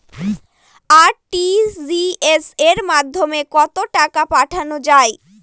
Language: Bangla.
আর.টি.জি.এস এর মাধ্যমে কত টাকা পাঠানো যায়?